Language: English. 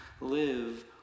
live